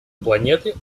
планеты